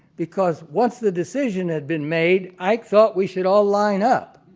because once the decision had been made, ike felt we should all line up,